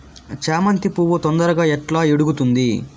చామంతి పువ్వు తొందరగా ఎట్లా ఇడుగుతుంది?